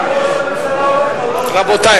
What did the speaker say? לאן ראש הממשלה הולך, רבותי.